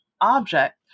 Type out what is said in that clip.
object